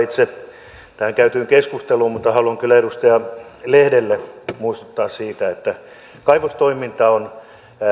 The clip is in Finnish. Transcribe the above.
itse tähän käytyyn keskusteluun haluan kyllä edustaja lehdelle muistuttaa siitä että kaivostoiminta on